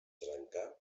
trencà